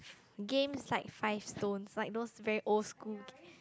games like five stones like those very old school